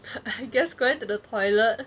I guess going to the toilet